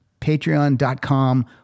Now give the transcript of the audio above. patreon.com